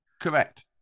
Correct